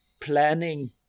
planning